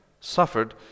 suffered